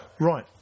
Right